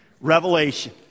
Revelation